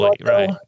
right